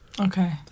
Okay